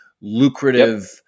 lucrative